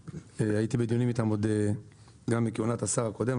הייתי בדיונים איתם גם בכהונת השר הקודם,